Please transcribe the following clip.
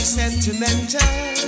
sentimental